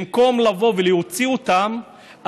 במקום לבוא ולהוציא אותם,